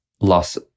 loss